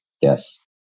Yes